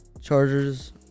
Chargers